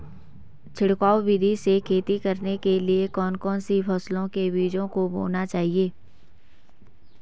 छिड़काव विधि से खेती करने के लिए कौन कौन सी फसलों के बीजों को बोना चाहिए?